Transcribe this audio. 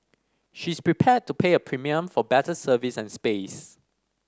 she is prepared to pay a premium for better service and space